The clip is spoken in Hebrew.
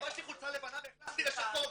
לבשתי חולצה לבנה והחלפתי לשחור.